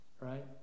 right